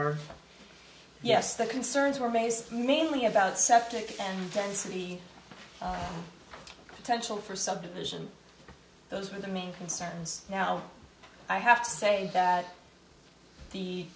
are yes the concerns were raised mainly about septic and density potential for subdivision those were the main concerns now i have to say that the